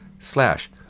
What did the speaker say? Slash